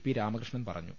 P Ramakrishnan പറഞ്ഞു